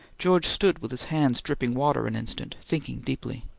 george stood with his hands dripping water an instant, thinking deeply.